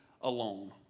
alone